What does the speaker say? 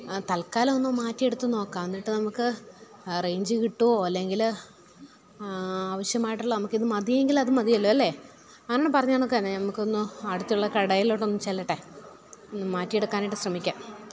തല്ക്കാലം ഒന്ന് മാറ്റിയെടുത്ത് നോക്കാം എന്നിട്ട് നമുക്ക് റേയ്ഞ്ച് കിട്ടുമോ അല്ലെങ്കിൽ ആവശ്യമായിട്ടുള്ള നമുക്കിത് മതി എങ്കിൽ അത് മതിയല്ലോ അല്ലേ നമുക്കൊന്ന് അടുത്തുള്ള കടയിലോട്ട് ഒന്ന് ചെല്ലട്ടെ ഒന്ന് മാറ്റിയെടുക്കാനായിട്ട് ശ്രമിക്കാം